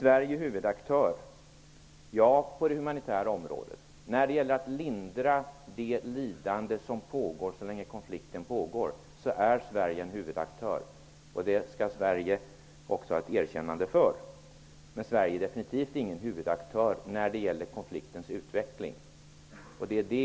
Sverige är huvudaktör på det humanitära området. När det gäller att lindra det lidande som finns så länge konflikten pågår är Sverige en huvudaktör. Det skall Sverige också ha ett erkännande för. Men Sverige är definitivt ingen huvudaktör när det gäller konfliktens utveckling.